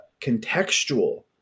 contextual